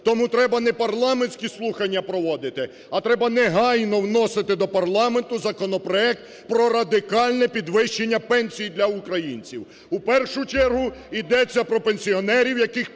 Тому треба не парламентські слухання проводити, а треба негайно вносити до парламенту законопроект про радикальне підвищення пенсій для українців. У першу чергу йдеться про пенсіонерів, яких півмільйона